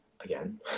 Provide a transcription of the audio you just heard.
again